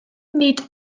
nid